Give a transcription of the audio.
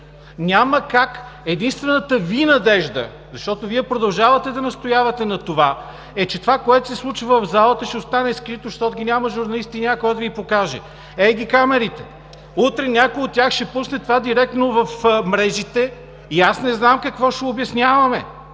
Няма как единствената Ви надежда, защото Вие продължавате да настоявате на това, е, че това, което се случва в залата, ще остане скрито, защото ги няма журналистите и няма кой да Ви покаже. Хей ги камерите! Утре някои от тях ще пусне това директно в мрежите и аз не знам какво ще обясняваме?!